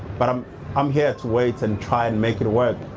but i'm i'm here to wait and try and make it work.